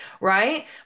right